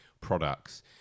products